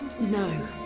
No